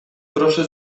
proszę